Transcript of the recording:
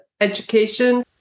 education